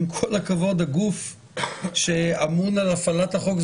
עם כל הכבוד לגוף שאמון על הפעלת החוק,